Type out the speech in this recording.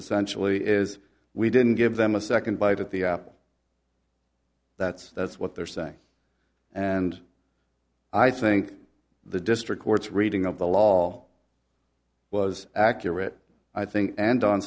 essentially is we didn't give them a second bite at the apple that's that's what they're saying and i think the district court's reading of the law was accurate i think and on